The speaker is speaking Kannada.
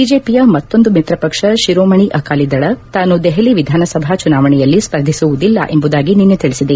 ಬಿಜೆಪಿಯ ಮತ್ತೊಂದು ಮಿತ್ರಪಕ್ಷ ಶಿರೋಮಣಿ ಅಕಾಲಿ ದಳ ತಾನು ದೆಹಲಿ ವಿಧಾನಸಭಾ ಚುನಾವಣೆಯಲ್ಲಿ ಸ್ಪರ್ಧಿಸುವುದಿಲ್ಲ ಎಂಬುದಾಗಿ ನಿನ್ನೆ ತಿಳಿಸಿದೆ